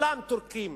כולם טורקים.